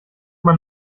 man